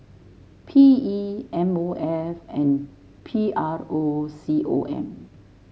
P E M O F and P R O C O M